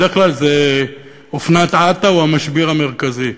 בדרך כלל זה אופנת "אתא" או "המשביר המרכזי".